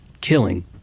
killing